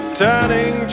turning